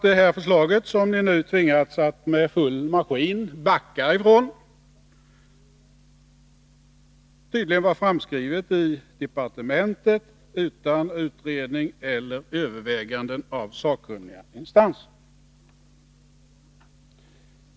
Det förslag som ni nu tvingats att med full maskin backa från var tydligen framskrivet i departementet utan utredning eller överväganden av sakkunniga instanser.